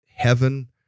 heaven